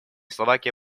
словакия